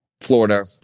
Florida